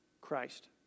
Christ